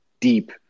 deep